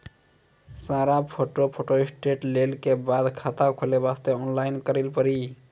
सारा photo photostat लेल के बाद खाता खोले वास्ते ऑनलाइन करिल पड़ी?